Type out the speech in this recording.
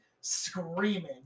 screaming